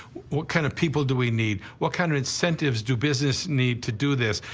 what kind of people do we need? what kind of incentives do business need to do this?